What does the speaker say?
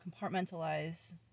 compartmentalize